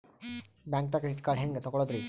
ಬ್ಯಾಂಕ್ದಾಗ credit card ಹೆಂಗ್ ತಗೊಳದ್ರಿ?